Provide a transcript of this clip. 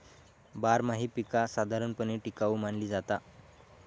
बारमाही पीका साधारणपणे टिकाऊ मानली जाता